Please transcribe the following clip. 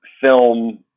film